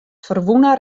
ferwûne